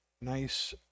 nice